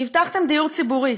הבטחתם דיור ציבורי,